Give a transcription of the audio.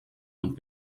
und